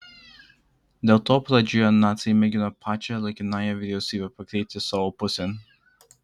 dėl to pradžioje naciai mėgino pačią laikinąją vyriausybę pakreipti savo pusėn